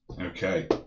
Okay